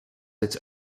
its